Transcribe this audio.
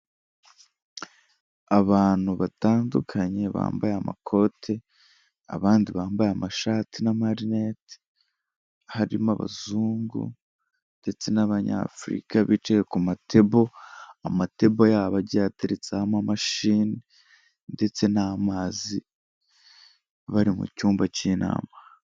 Abantu batandukanye bambaye amakote, abandi bambaye amashati n'amarineti, harimo abazungu ndetse n'abanyafurika bicaye ku matebo, amatebo yabo agiye ateretseho amamashini ndetse n'amazi bari mu cyumba cy'inama